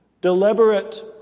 Deliberate